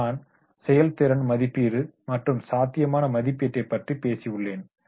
நான் செயல்திறன் மதிப்பீடு மற்றும் சாத்தியமான மதிப்பீட்டைப் பற்றி பேசியுள்ளேன்